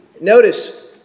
notice